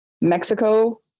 Mexico